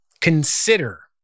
consider